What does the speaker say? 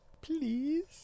Please